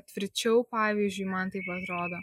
tvirčiau pavyzdžiui man taip atrodo